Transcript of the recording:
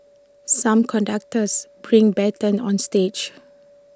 some conductors bring batons on stage